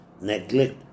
neglect